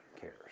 cares